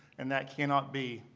and that cannot be.